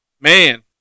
man